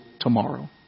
tomorrow